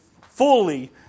fully